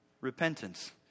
repentance